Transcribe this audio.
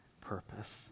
purpose